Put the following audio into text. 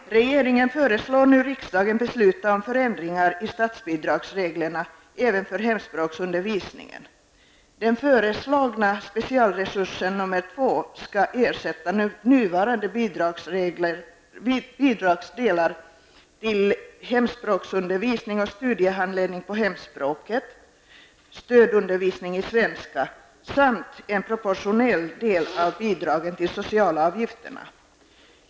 Regeringen har nu föreslagit riksdagen förändringar i statsbidragsreglerna även för hemspråksundervisningen. Den föreslagna specialresursen 2 skall ersätta nuvarande bidragsdelar till hemspråksundervisning och studiehandledning på hemspråket, stödundervisning i svenska samt en proportionell del av bidragen till socialavgifterna.